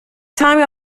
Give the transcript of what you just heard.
time